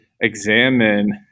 examine